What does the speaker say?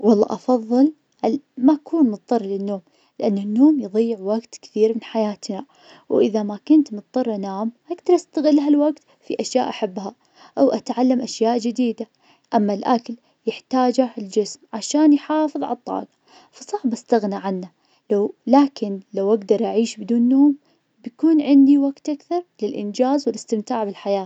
والله أفضل, ال- ماكون مضطر اللنوم, لأنه النوم يضيع وقت كثير من حياتنا, وإذا ما كنت مضطر أنام أقدر استغل هالوقت في أشياء أحبها أو أتعلم أشياء جديدة, أما الأكل يحتاجه الجسم, عشان يحافظ على الطاقة, فصعب استغنى عنه, لو- لكن لو اقدر اعيش بدون نوم بيكون عندي وقت أكثر, للإنجاز والاستمتاع بالحياة.